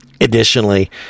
Additionally